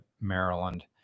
maryland